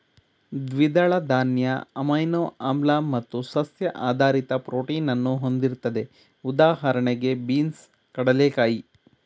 ದ್ವಿದಳ ಧಾನ್ಯ ಅಮೈನೋ ಆಮ್ಲ ಮತ್ತು ಸಸ್ಯ ಆಧಾರಿತ ಪ್ರೋಟೀನನ್ನು ಹೊಂದಿರ್ತದೆ ಉದಾಹಣೆಗೆ ಬೀನ್ಸ್ ಕಡ್ಲೆಕಾಯಿ